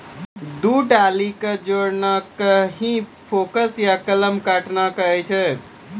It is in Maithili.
दू डाली कॅ जोड़ना कॅ ही फोर्क या कलम काटना कहै छ